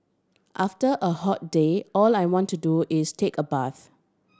after a hot day all I want to do is take a bath